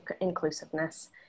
inclusiveness